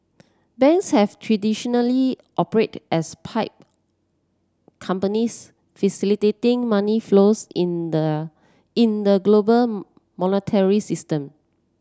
banks have traditionally operated as pipe companies facilitating money flows in the in the global monetary system